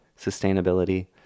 sustainability